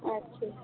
ਅੱਛ